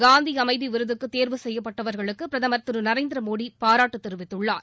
காந்தி அமைதி விருதுக்கு தேர்வு செய்யப்பட்டவர்களுக்கு பிரதமர் திரு நரேந்திரமோடி பாராட்டு தெரிவித்துள்ளார்